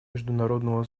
международного